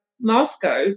Moscow